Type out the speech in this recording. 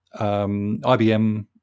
IBM